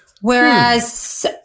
Whereas